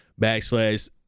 backslash